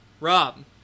Rob